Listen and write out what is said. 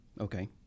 Okay